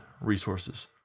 resources